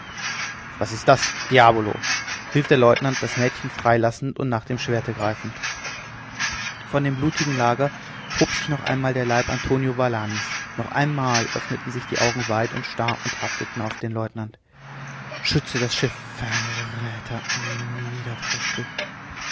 was ist das diavolo rief der leutnant das mädchen freilassend und nach dem schwerte greifend von dem blutigen lager hob sich noch einmal der leib antonio valanis noch einmal öffneten sich die augen weit und starr und hafteten auf dem leutnant schütze das schiff verräter niederträchtig